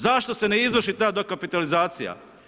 Zašto se ne izvrši ta dokapitalizacija?